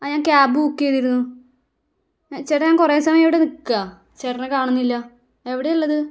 ആ ഞാൻ cab book ചെയ്തിരുന്നു ചേട്ടാ ഞാൻ കുറേ സമയമായി ഇവിടെ നിൽക്കുകയാണ് ചേട്ടനെ കാണുന്നില്ല എവിടെയാണ് ഉള്ളത്